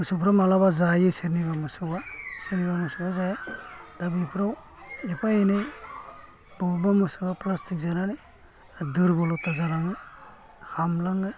मोसौफ्रा मालाबा जायो सोरनिबा मोसौआ सोरनिबा मोसौआ जाया दा बेफ्राव एफा एनै बबेबा मोसौआ फ्लासथिक जानानै दुरबल'था जालाङो हामलाङो